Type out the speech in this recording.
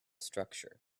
structure